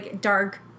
dark